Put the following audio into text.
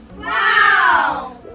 Wow